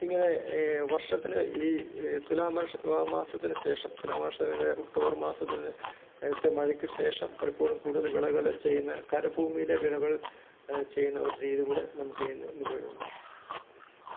ഇങ്ങനെ വർഷത്തിന് ഈ തുലാമാ മാസത്തിനുശേഷം തുലാവർഷത്തിലെ ഒക്ടോബർ മാസത്തിന് ത്തെ മഴയ്ക്കുശേഷം പലപ്പോഴും കൂട്തൽ വിളകള് ചെയ്യുന്ന കരഭൂമിയില് വിളവ് ചെയ്യുന്ന ഒരു രീതികൂടെ നമുക്ക് നിലവിലുണ്ട്